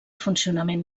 funcionament